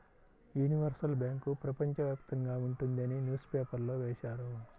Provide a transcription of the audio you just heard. universal bank ప్రపంచ వ్యాప్తంగా ఉంటుంది అని న్యూస్ పేపర్లో వేశారు